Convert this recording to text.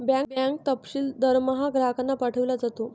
bank तपशील दरमहा ग्राहकांना पाठविला जातो